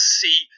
see